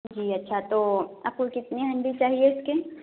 جی اچھا تو آپ کو کتنے ہنڈی چاہیے اس کے